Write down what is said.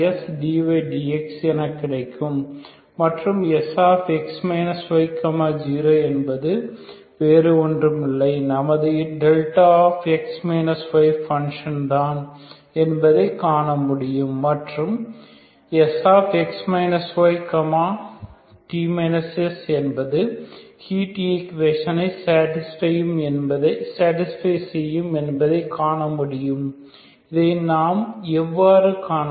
மற்றும் Sx y 0 என்பது வேறு ஒன்றுமில்லை நமது δ பங்ஷன் தான் என்பதை காண முடியும் மற்றும் Sx y t s என்பது ஹீட் ஈகுவேஷனை சேடிஸ்பை செய்யும் என்பதையும் காணமுடியும் இதை நாம் எவ்வாறு காண்பது